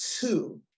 two